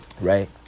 Right